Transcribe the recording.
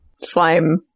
Slime